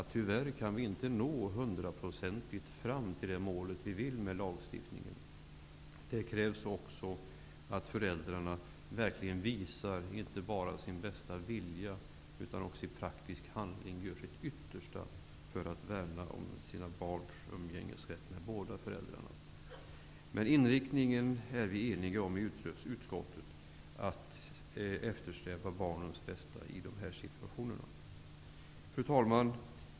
Tyvärr kan vi inte nå hundraprocentigt fram till det mål som vi vill uppnå med lagstiftningen, vilket också Maj-Lis Lööw sade. Det krävs också att föräldrarna verkligen inte bara visar sin bästa vilja utan även i praktisk handling värnar om sina barns rätt till umgänge med båda föräldrarna. Utskottet är dock enigt om inriktningen att eftersträva barnets bästa i dessa situationer. Fru talman!